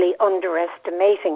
underestimating